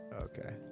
Okay